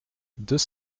deux